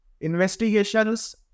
investigations